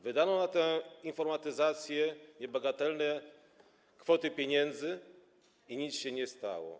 Wydano na informatyzację niebagatelne kwoty pieniędzy i nic się nie stało.